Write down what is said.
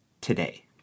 today